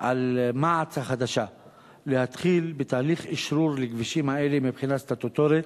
על מע"צ החדשה להתחיל בתהליך אשרור לכבישים האלה מבחינה סטטוטורית